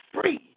free